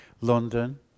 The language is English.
london